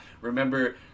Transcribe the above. Remember